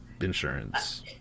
insurance